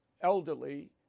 elderly